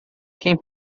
quem